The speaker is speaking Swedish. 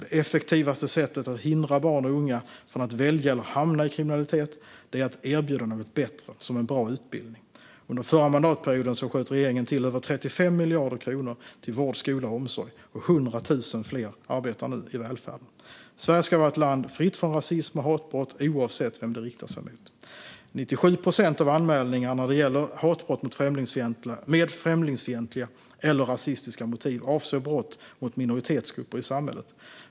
Det effektivaste sättet att hindra barn och unga från att välja eller hamna i kriminalitet är att erbjuda något bättre, till exempel en bra utbildning. Under förra mandatperioden sköt regeringen till över 35 miljarder kronor till vård, skola och omsorg. 100 000 fler arbetar nu i välfärden. Sverige ska vara ett land fritt från rasism och hatbrott, oavsett vem det riktar sig mot. 97 procent av anmälningarna när det gäller hatbrott med främlingsfientliga eller rasistiska motiv avser brott mot minoritetsgrupper i samhället.